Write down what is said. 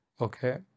Okay